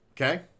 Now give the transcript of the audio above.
Okay